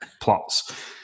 plots